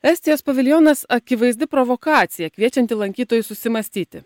estijos paviljonas akivaizdi provokacija kviečianti lankytojus susimąstyti